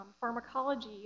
pharmacology